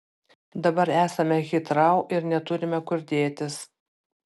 dabar esame hitrou ir neturime kur dėtis